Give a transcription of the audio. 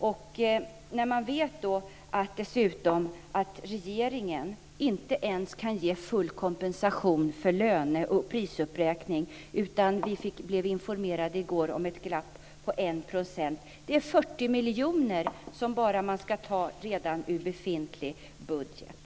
Dessutom vet man att regeringen inte ens kan ge full kompensation för löne och prisuppräkning. Vi blev i går informerade om ett glapp på 1 %. Det är 40 miljoner som man ska ta ur befintlig budget.